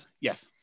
Yes